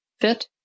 fit